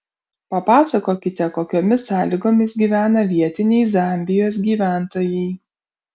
papasakokite kokiomis sąlygomis gyvena vietiniai zambijos gyventojai